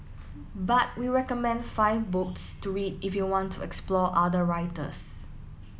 but we recommend five books to read if you want to explore other writers